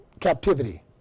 captivity